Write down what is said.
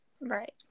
right